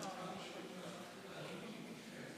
אדוני היושב-ראש,